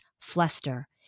Fluster